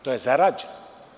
To je zarađeno.